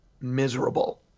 miserable